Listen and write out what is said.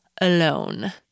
alone